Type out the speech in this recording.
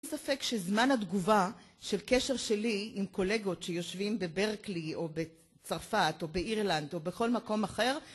אין ספק שזמן התגובה של קשר שלי עם קולגות שיושבים בברקלי או בצרפת או באירלנד או בכל מקום אחר...